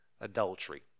adultery